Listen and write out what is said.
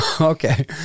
Okay